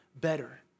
better